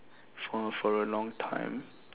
for for a long time